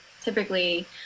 typically